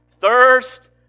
thirst